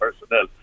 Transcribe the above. personnel